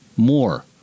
More